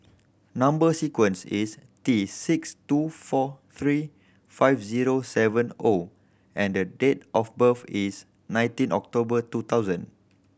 number sequence is T six two four three five zero seven O and date of birth is nineteen October two thousand